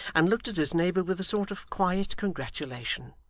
and looked at his neighbour with a sort of quiet congratulation.